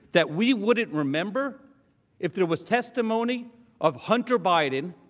that we wouldn't remember if there was testimony of hunter biden,